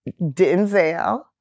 Denzel